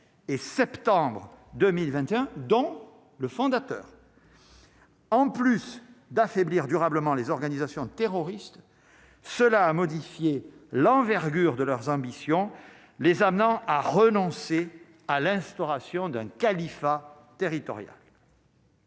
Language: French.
et septembre 2021, dont le fondateur, en plus d'affaiblir durablement les organisations terroristes, cela a modifié l'envergure de leurs ambitions, les amenant à renoncer à l'instauration d'un califat territoriaux.